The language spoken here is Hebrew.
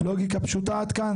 לוגיקה פשוטה עד כאן?